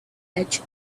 edge